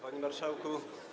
Panie Marszałku!